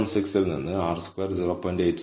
17516 ൽ നിന്ന് R square 0